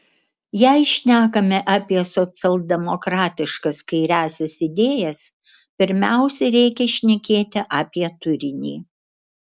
jei šnekame apie socialdemokratiškas kairiąsias idėjas pirmiausia reikia šnekėti apie turinį